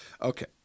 Okay